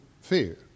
fear